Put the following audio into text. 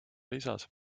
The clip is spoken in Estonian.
lisas